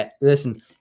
Listen